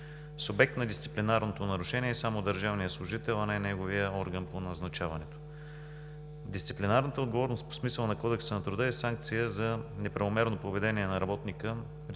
Субект на дисциплинарното нарушение е само държавният служител, а не неговият орган по назначаването. Дисциплинарната отговорност по смисъла на Кодекса на труда е санкция за неправомерно поведение на работника,